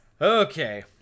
Okay